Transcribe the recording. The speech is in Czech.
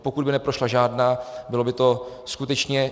Pokud by neprošla žádná, bylo by to skutečně...